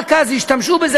רק אז השתמשו בזה,